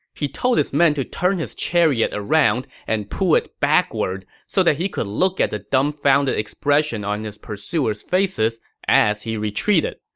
he told his men to turn his chariot around and pull it backward, so that he could look at the dumbfounded expressions on his pursuers' faces as he retreated.